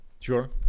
Sure